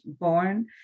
born